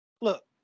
look